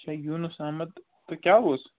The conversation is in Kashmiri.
اَچھا یوٗنُس اَحمد تہٕ کیٛاہ اوس